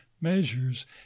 measures